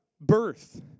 birth